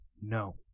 No